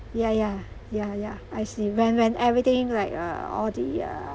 ya ya ya ya I see when when everything like uh all the uh